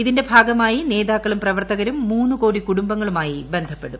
ഇതിന്റെ ഭാഗമായി നേതാക്കളും പ്രവർത്തകരും മൂന്ന് കോടി കുടുംബങ്ങളുമായി ബന്ധപ്പെടും